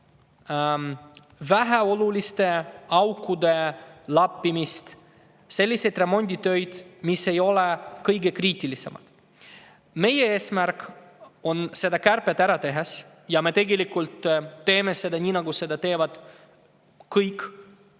väheoluliste aukude lappimist ja selliseid remonditöid, mis ei ole kõige kriitilisemad. Meie eesmärk on, et see kärbe – me tegelikult teeme seda nii, nagu seda teevad kõik meie